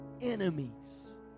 enemies